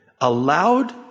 allowed